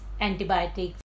antibiotics